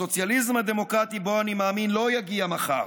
הסוציאליזם הדמוקרטי שבו אני מאמין לא יגיע מחר,